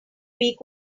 week